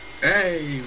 hey